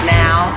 now